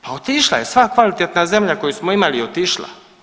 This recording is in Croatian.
Pa otišla je sva kvalitetna zemlja koju smo imali otišla.